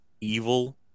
evil